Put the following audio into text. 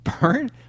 burn